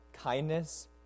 kindness